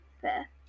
fair